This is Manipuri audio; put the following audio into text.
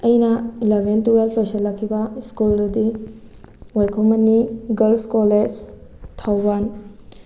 ꯑꯩꯅ ꯏꯂꯚꯦꯟ ꯇꯨꯋꯦꯜꯞ ꯂꯣꯏꯁꯟꯂꯛꯈꯤꯕ ꯁ꯭ꯀꯨꯜꯗꯨꯗꯤ ꯋꯥꯏꯈꯣꯝ ꯃꯅꯤ ꯒꯔꯜꯁ ꯀꯣꯂꯦꯖ ꯊꯧꯕꯥꯜ